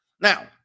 Now